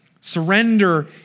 Surrender